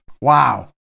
Wow